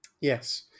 Yes